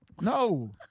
No